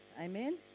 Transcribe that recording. Amen